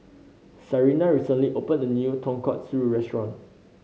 Sarina recently opened a new Tonkatsu Restaurant